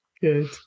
Good